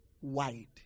wide